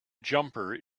jumper